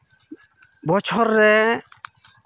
ᱵᱚᱪᱷᱚᱨ ᱨᱮ